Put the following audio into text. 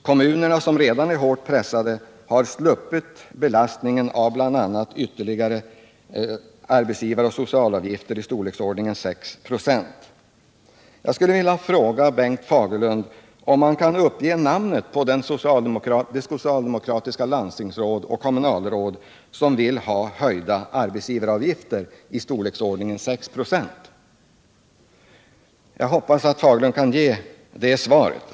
Kommunerna, som redan är hårt pressade, har sluppit belastningen av bl.a. ytterligare arbetsgivaroch socialavgifter i storleksordningen 6 96. Jag skulle vilja be Bengt Fagerlund att uppge namnet på det socialdemokratiska landstingsråd och kommunalråd som vill ha höjda arbetsgivaravgifter i storleksordningen 6 96. Jag hoppas att Bengt Fagerlund kan ge ett svar.